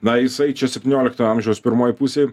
na jisai čia septynioliktojo amžiaus pirmoj pusėj